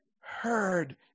heard